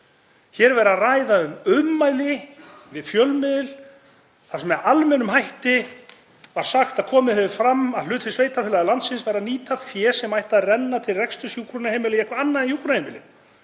er verið að ræða um ummæli við fjölmiðil þar sem með almennum hætti var sagt að komið hefði fram að hluti sveitarfélaga landsins væri að nýta fé sem ætti að renna til reksturs hjúkrunarheimila í eitthvað annað en hjúkrunarheimili.